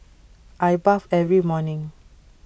I bathe every morning